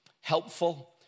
helpful